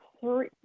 three